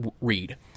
read